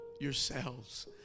yourselves